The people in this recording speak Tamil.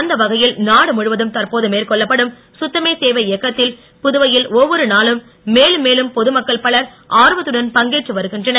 அந்த வகையில் நாடு முழுவதும் தற்போது மேற்கொள்ளப்படும் சுத்தமே சேவை இயக்கத்தில் புதுவையில் ஒவ்வொரு நாளும் மேலும் மேலும் பொதுமக்கள் பலர் ஆர்வத்துடன் பங்கேற்று வருகின்றனர்